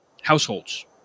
households